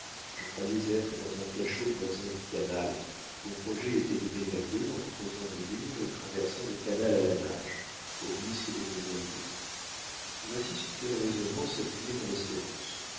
je croyais être dans un cachot voisin du canal mon projet était de m'évader en creusant le mur et traversant le canal à la nage au risque de me noyer voici sur quels raisonnements s'appuyait mon espérance